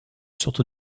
sorte